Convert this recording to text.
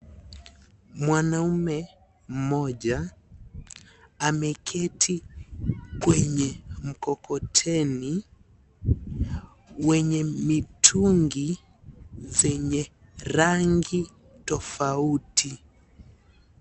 Mwanaume mmoja ameketi kwenye mkokoteni wenye mitungi zenye rangi tofauti.